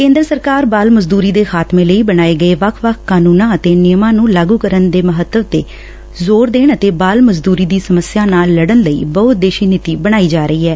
ਕੇਂਦਰ ਸਰਕਾਰ ਬਾਲ ਮਜ਼ਦੁਰੀ ਦੇ ਖਾਤਮੇ ਲਈ ਬਣਾਏ ਗਏ ਵੱਖ ਵੱਖ ਕਾਨੂੰਨਾਂ ਅਤੇ ਨਿਯਮਾਂ ਨੂੰ ਲਾਗੂ ਕਰਨ ਦੇ ਮਹੱਤਵ ਤੇ ਜੋਰ ਦੇਣ ਅਤੇ ਬਾਲ ਮਜ਼ਦੂਰੀ ਦੀ ਸਮੱਸਿਆ ਨਾਲ ਲੜਨ ਲਈ ਬਹੁਉਦੇਸੀ ਨੀਤੀ ਬਣਾਈ ਜਾ ਰਹੀ ਐ